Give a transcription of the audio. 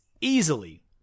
easily